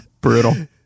Brutal